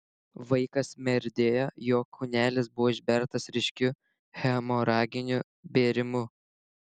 vaikas merdėjo jo kūnelis buvo išbertas ryškiu hemoraginiu bėrimu